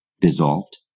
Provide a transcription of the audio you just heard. dissolved